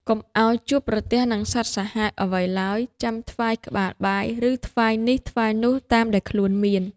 កុំឲ្យជួបប្រទះនឹងសត្វសាហាវអ្វីឡើយ ចាំថ្វាយក្បាលបាយ ឬថ្វាយនេះ ថ្វាយនោះតាមដែលខ្លួនមាន ។